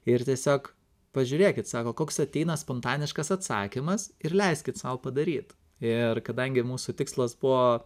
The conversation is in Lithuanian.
ir tiesiog pažiūrėkit sako koks ateina spontaniškas atsakymas ir leiskit sau padaryt ir kadangi mūsų tikslas buvo